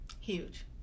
Huge